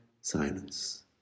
Silence